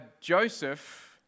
Joseph